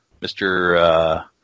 Mr